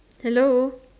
hello